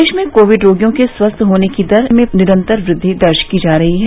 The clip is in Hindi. देश में कोविड रोगियों के स्वस्थ होने की दर में निरन्तर वृद्धि दर्ज की जा रही है